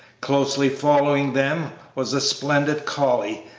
closely following them was a splendid collie,